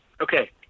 Okay